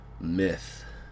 myth